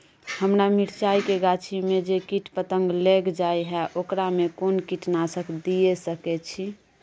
हमरा मिर्चाय के गाछी में जे कीट पतंग लैग जाय है ओकरा में कोन कीटनासक दिय सकै छी?